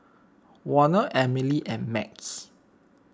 Warner Emily and Max